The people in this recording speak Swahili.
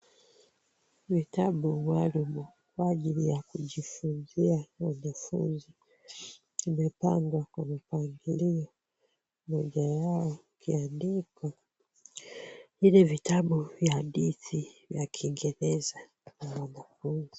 Vitabu maalum kwa ajili ya kufunzia wanafunzi vimepangwa kwa mpangilio. Moja yao ikiandikwa vile vitabu vya kingereza na wanafunzi.